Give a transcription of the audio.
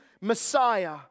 Messiah